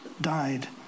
died